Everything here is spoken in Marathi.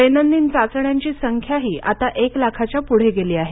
दैनंदिन चाचण्यांची संख्याही आता एक लाखाच्या पुढे गेली आहे